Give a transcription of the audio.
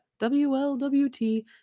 WLWT